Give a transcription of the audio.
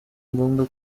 ngombwa